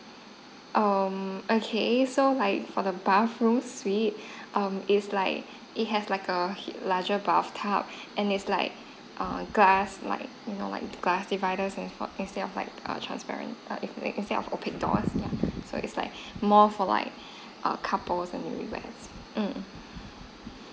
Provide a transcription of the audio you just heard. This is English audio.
um okay so like for the bathrooms suite um is like it has like a larger bathtub and it's like err glass like no like glass dividers and not instead of like a transparent instead of old pick doors so it's like more for like err couples and newlyweds mm